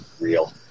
real